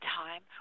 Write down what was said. time